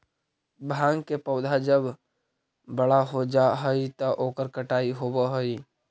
भाँग के पौधा जब बड़ा हो जा हई त ओकर कटाई होवऽ हई